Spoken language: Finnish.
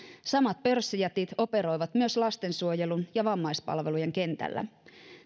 samat pörssijätit operoivat myös lastensuojelun ja vammaispalvelujen kentällä